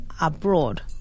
abroad